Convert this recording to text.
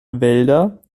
wälder